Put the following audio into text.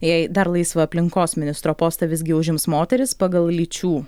jei dar laisvą aplinkos ministro postą visgi užims moteris pagal lyčių